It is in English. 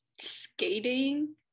skating